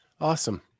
Awesome